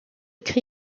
cri